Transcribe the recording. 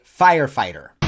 firefighter